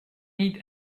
need